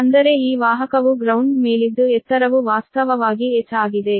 ಅಂದರೆ ಈ ವಾಹಕವು ಗ್ರೌಂಡ್ ಮೇಲಿದ್ದು ಎತ್ತರವು ವಾಸ್ತವವಾಗಿ h ಆಗಿದೆ